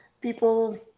people